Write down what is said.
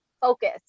focus